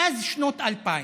מאז שנת 2000